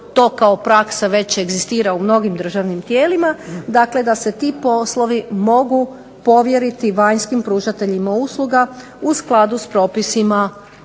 to kao praksa već egzistira u mnogim državnim tijelima, dakle da se ti poslovi mogu povjeriti vanjskim pružateljima usluga u skladu s propisima